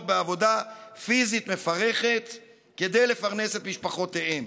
בעבודה פיזית מפרכת כדי לפרנס את משפחותיהם.